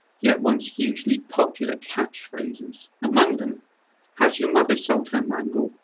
yet once hugely popular catchphrases. among them has your mother sold her mangle?